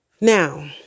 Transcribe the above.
Now